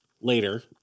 later